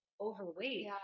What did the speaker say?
overweight